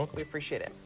we appreciate it!